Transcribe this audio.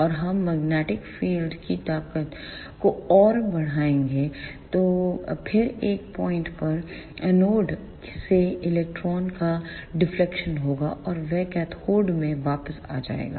और हम magnetic field magnetic field की ताकत को और बढ़ाते हैं फिर एक पॉइंट पर एनोड से इलेक्ट्रॉन का डिफलेक्शन होगा और वह कैथोड में वापस आ जाएगा